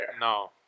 No